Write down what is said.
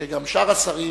שגם שאר השרים,